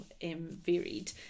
varied